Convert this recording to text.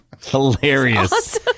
Hilarious